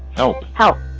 help help.